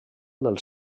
dels